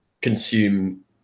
consume